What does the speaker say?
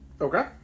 Okay